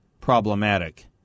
problematic